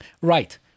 Right